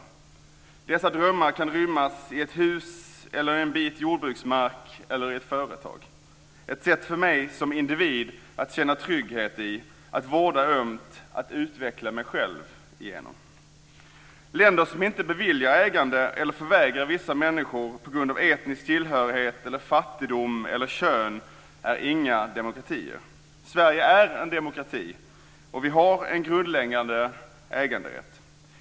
Dessa drömmar kan rymmas i ett hus, i en bit jordbruksmark eller i ett företag. Något för mig som individ att känna trygghet i, att vårda ömt, att utveckla mig själv genom. Länder som inte beviljar ägande eller förvägrar vissa människor det på grund av etnisk tillhörighet, fattigdom eller kön är inga demokratier. Sverige är en demokrati och vi har en grundläggande äganderätt.